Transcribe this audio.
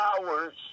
hours